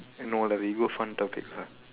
no lah we go fun topic lah